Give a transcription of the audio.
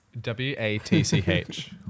W-A-T-C-H